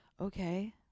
okay